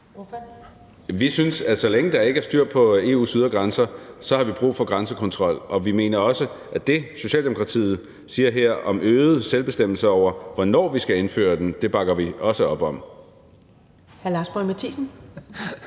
Vi synes, at så længe der ikke er styr på EU's ydre grænser, så har vi brug for grænsekontrol. Og det, Socialdemokratiet siger her, om øget selvbestemmelse, med hensyn til hvornår vi skal indføre den, bakker vi også op om.